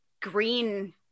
green